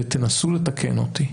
ותנסו לתקן אותי,